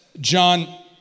John